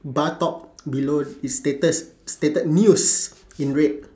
bus stop below it's stated stated news in red